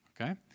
Okay